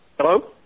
Hello